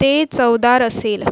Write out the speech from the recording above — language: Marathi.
ते चवदार असेल